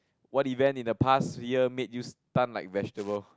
what even in the past year make you stun like vegetable